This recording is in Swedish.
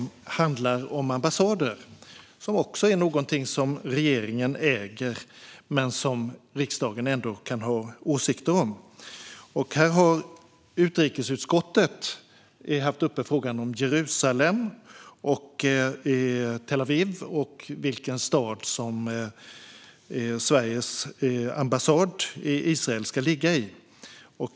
Det handlar om ambassader, vilket också är något som regeringen äger men som riksdagen ändå kan ha åsikter om. Här har utrikesutskottet haft uppe frågan om Jerusalem och Tel Aviv, det vill säga vilken stad som Sveriges ambassad i Israel ska ligga i.